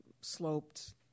sloped